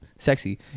Sexy